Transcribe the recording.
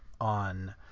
on